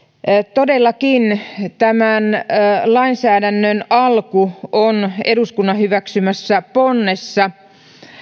todellakin tämän lainsäädännön alku on eduskunnan hyväksymässä ponnessa